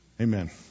amen